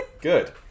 Good